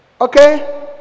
okay